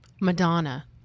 Madonna